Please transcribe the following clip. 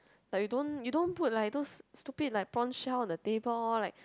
like you don't you don't put like those stupid like prawn shell on the table like